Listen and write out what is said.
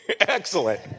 Excellent